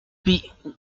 puis